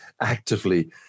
actively